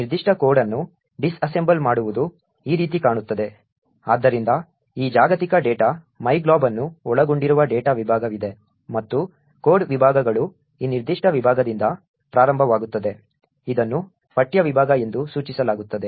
ಈ ನಿರ್ದಿಷ್ಟ ಕೋಡ್ ಅನ್ನು ಡಿಸ್ಅಸೆಂಬಲ್ ಮಾಡುವುದು ಈ ರೀತಿ ಕಾಣುತ್ತದೆ ಆದ್ದರಿಂದ ಈ ಜಾಗತಿಕ ಡೇಟಾ myglob ಅನ್ನು ಒಳಗೊಂಡಿರುವ ಡೇಟಾ ವಿಭಾಗವಿದೆ ಮತ್ತು ಕೋಡ್ ವಿಭಾಗಗಳು ಈ ನಿರ್ದಿಷ್ಟ ವಿಭಾಗದಿಂದ ಪ್ರಾರಂಭವಾಗುತ್ತದೆ ಇದನ್ನು ಪಠ್ಯ ವಿಭಾಗ ಎಂದು ಸೂಚಿಸಲಾಗುತ್ತದೆ